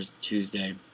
Tuesday